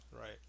right